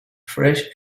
fresh